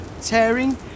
tearing